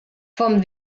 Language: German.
vom